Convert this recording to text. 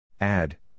Add